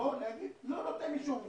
בסמכותו לומר שהוא לא נותן אישור בנייה.